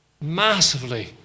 massively